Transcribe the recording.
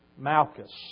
Malchus